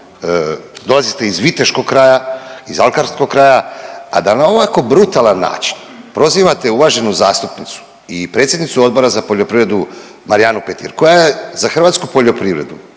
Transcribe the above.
dolazite iz viteškog kraja, iz alkarskog kraja, a da na ovako brutalan način prozivate uvaženu zastupnicu i predsjednicu Odbora za poljoprivredu Marijanu Petir koja je za hrvatsku poljoprivredu